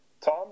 Tom